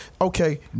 Okay